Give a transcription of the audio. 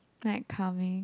like calming